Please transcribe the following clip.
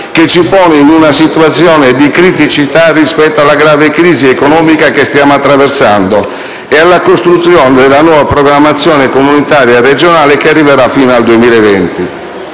che ci pone in una situazione di criticità rispetto alla grave crisi economica che stiamo attraversando e alla costruzione della nuova programmazione comunitaria e regionale che arriverà fino al 2020.